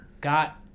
got